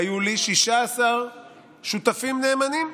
היו לי 16 שותפים נאמנים: